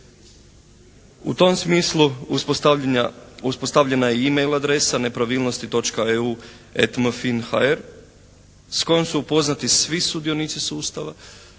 U tom smislu uspostavljena je i e-mail adresa nepravilnosti.eu@mfin.hr s kojom su upoznati svi sudionici sustava